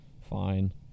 Fine